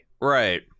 Right